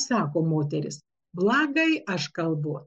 sako moteris blagai aš kalbu